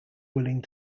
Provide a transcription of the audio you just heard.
willing